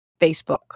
Facebook